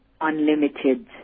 unlimited